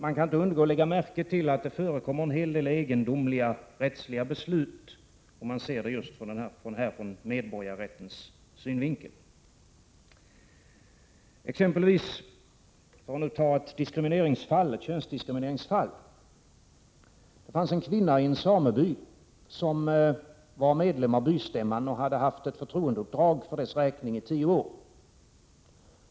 Man kan inte undgå att lägga märke till att det förekommer en hel del egendomliga rättsliga beslut, om man ser just från medborgarrättens synvinkel. Som exempel kan jag ta ett könsdiskrimineringsfall. En kvinna i en sameby var medlem i bystämman och hade haft ett förtroendeuppdrag för dess räkning i tio år.